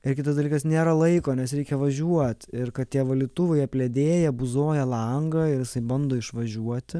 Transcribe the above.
ir kitas dalykas nėra laiko nes reikia važiuot ir kad tie valytuvai apledėję buzoja langą ir jisai bando išvažiuoti